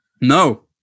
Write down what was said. No